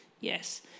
Yes